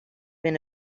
been